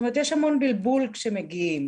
יש המון בלבול כשמגיעים.